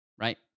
right